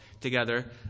together